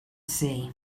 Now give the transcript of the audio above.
sea